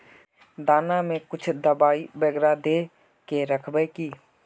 दाना में कुछ दबाई बेगरा दय के राखबे की?